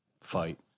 Fight